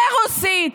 ברוסית,